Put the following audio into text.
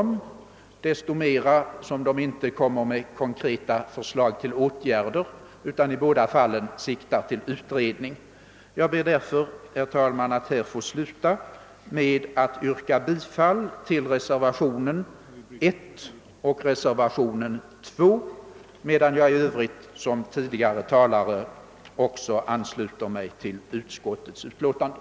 Jag har så mycket mindre anledning att göra det som motionä rerna inte framlägger några konkreta förslag till åtgärder utan i båda fallen siktar till utredning. Jag ber därför, herr talman, att få yrka bifall till reservationerna 1 och 2, medan jag i övrigt liksom tidigare talare ansluter mig till utskottets förslag.